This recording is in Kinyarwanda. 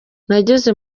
nageze